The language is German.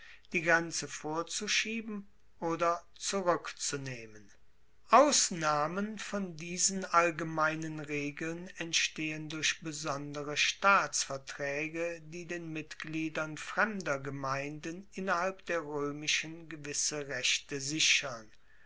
die grenze vorzuschieben oder zurueckzunehmen ausnahmen von diesen allgemeinen regeln entstehen durch besondere staatsvertraege die den mitgliedern fremder gemeinden innerhalb der roemischen gewisse rechte sichern